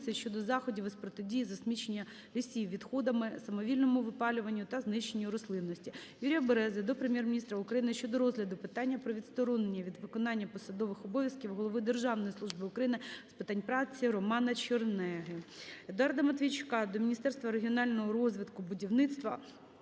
щодо заходів із протидії засмічення лісів відходами, самовільному випалюванню та знищенню рослинності. Юрія Берези до Прем'єр-міністра України щодо розгляду питання про відсторонення від виконання посадових обов'язків голови Державної служби України з питань праці Романа Чернеги. Едуарда Матвійчука до Міністерства регіонального розвитку, будівництва,